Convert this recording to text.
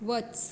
वच